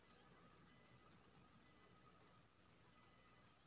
बरका टैंक पानि आ पेट्रोल राखय लेल बनाएल जाई छै